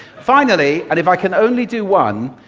finally, and if i can only do one,